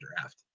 draft